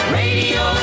radio